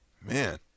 Man